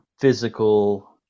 physical